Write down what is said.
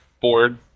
board